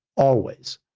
always,